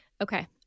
Okay